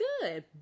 good